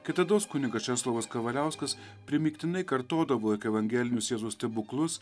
kitados kunigas česlovas kavaliauskas primygtinai kartodavo jog evangelinius jėzaus stebuklus